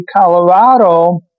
Colorado